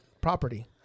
property